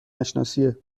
نشناسیه